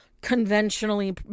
conventionally